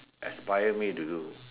aspire me to do